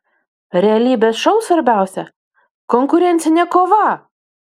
realybės šou svarbiausia konkurencinė kova